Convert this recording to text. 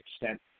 extent